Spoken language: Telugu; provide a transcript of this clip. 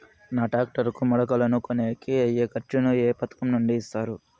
నాకు టాక్టర్ కు మడకలను కొనేకి అయ్యే ఖర్చు ను ఏ పథకం నుండి ఇస్తారు?